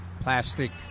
plastic